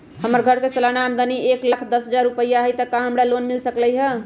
हमर घर के सालाना आमदनी एक लाख दस हजार रुपैया हाई त का हमरा लोन मिल सकलई ह?